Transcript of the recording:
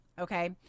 okay